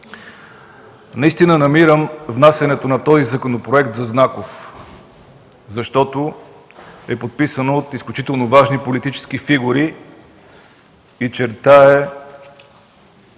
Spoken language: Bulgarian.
Наистина намирам внасянето на този законопроект за знаково, защото е подписано от изключително важни политически фигури и чертае